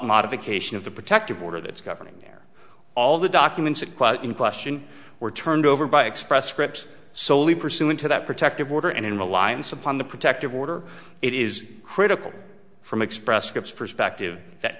modification of the protective order that is governing there all the documents that quote in question were turned over by express scripts soley pursuant to that protective order and in reliance upon the protective order it is critical from express scripts perspective that